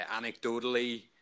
Anecdotally